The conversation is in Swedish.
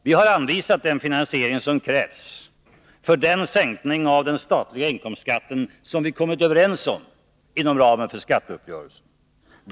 Vi har anvisat den finansiering som krävs för den sänkning av den statliga inkomstskatten som vi kommit överens om inom ramen för skatteuppgörelsen.